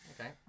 Okay